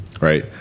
right